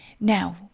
Now